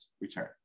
return